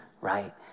right